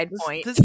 point